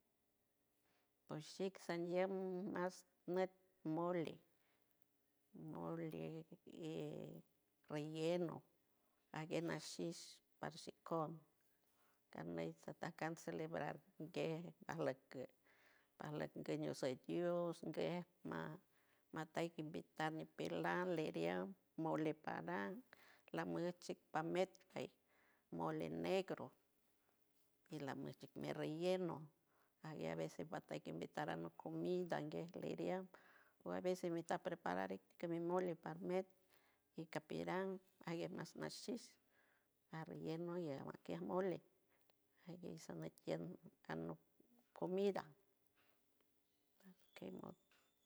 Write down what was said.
Poshig sandierd mas meit mole, molee ie relleno, aguier nashiss pat si cour caney sacatans celebrar gueir a log paloj gueño sois dios guer mateique invitar ñipelale diam mole padam la muche pamecte mole negro y la mer dele relleno ayebes fata qui invitar una comida en guer ledial o a veces toquiar preparar que me mole parmet y capiran ay ya san nasit ar relleno y aguaquiamole ayier quise invitar hice una comida